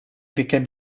became